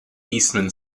eastman